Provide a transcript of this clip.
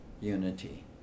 unity